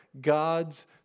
God's